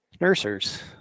nursers